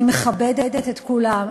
אני מכבדת את כולם,